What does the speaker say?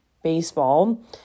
baseball